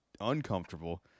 uncomfortable